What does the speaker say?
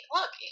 Look